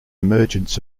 emergence